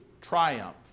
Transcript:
triumph